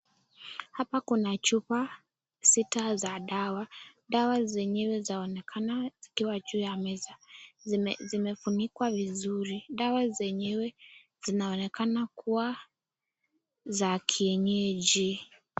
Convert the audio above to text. Hapa kuna chupa sita za dawa. Dawa zenyewe zaonekana zikiwa juu ya meza, zimefunikwa vizuri. Dawa zenyewe zinaonekana kuwa za kienyeji.